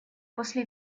после